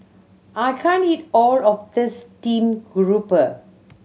I can't eat all of this steamed grouper